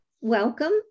Welcome